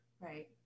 Right